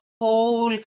whole